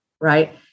right